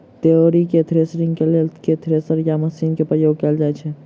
तोरी केँ थ्रेसरिंग केँ लेल केँ थ्रेसर या मशीन केँ प्रयोग कैल जाएँ छैय?